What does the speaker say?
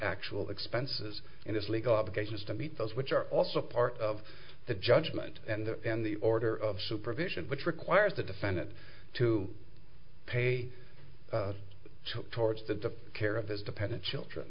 actual expenses and his legal obligations to meet those which are also part of the judgment and in the order of supervision which requires the defendant to pay to towards the care of his dependent children